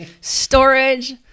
Storage